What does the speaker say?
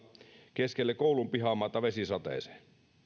keskelle koulun pihamaata vesisateeseen minä